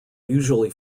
usually